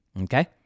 Okay